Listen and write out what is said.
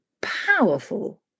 powerful